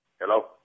Hello